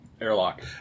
airlock